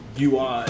UI